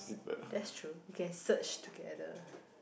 that's true you can search together